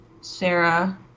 Sarah